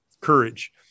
courage